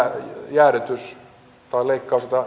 jäädytys tai leikkaus